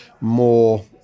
more